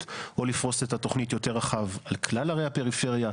או לפרוס את התוכנית יותר רחב לכלל ערי הפריפריה?